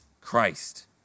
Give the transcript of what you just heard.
Christ